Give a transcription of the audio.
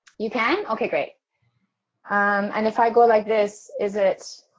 you can. okay great and if i go like this is, it